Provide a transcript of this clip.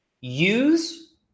Use